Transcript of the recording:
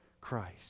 Christ